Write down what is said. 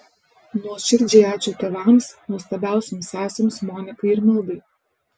nuoširdžiai ačiū tėvams nuostabiausioms sesėms monikai ir mildai